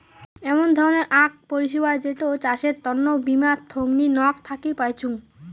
এমন ধরণের আক পরিষেবা যেটো চাষের তন্ন বীমা থোঙনি নক থাকি পাইচুঙ